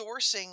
sourcing